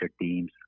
teams